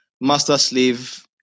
master-slave